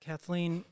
Kathleen